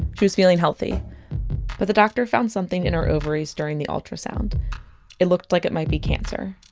she was feeling healthy but the doctor found something in her ovaries during the ultrasound it looked like it might be cancer.